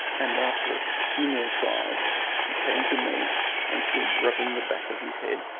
and after a few more trials he came to me and stood rubbing the back of his head,